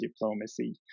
diplomacy